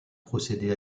procédé